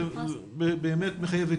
זה מחייב התייחסות.